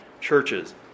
churches